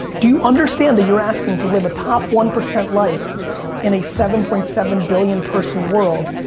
do you understand that you're asking to live a top one percent life in a seven point seven billion person world?